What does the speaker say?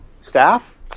staff